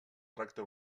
tracte